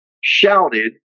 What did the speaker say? shouted